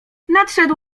nadszedł